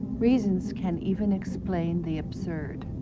reasons can even explain the absurd.